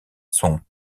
sont